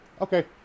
okay